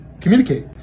communicate